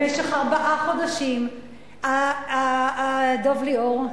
במשך ארבעה חודשים דב ליאור,